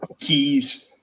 keys